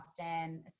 Austin